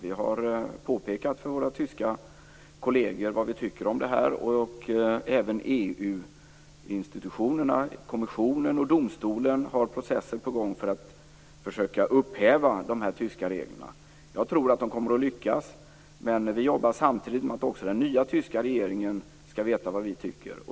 Vi har påpekat för våra tyska kolleger vad vi tycker om detta, och även EU-institutionerna - kommissionen och domstolen - har processer på gång för att försöka upphäva de tyska reglerna. Jag tror att de kommer att lyckas, men vi jobbar samtidigt med att den nya tyska regeringen skall veta vad vi tycker.